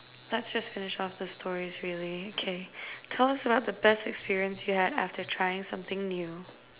let's just finish off the stories really okay tell us about the best experience you have after trying something new